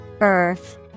Earth